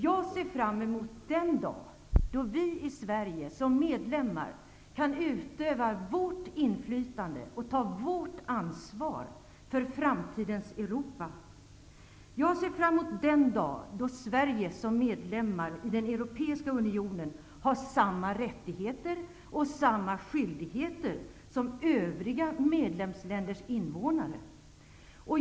Jag ser fram emot den dag då Sverige som medlem kan utöva inflytande och ta ansvar för framtidens Europa. Jag ser fram emot den dag då Sverige som medlem i den europeiska unionen har samma rättigheter och skyldigheter som övriga medlemsländer.